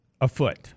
afoot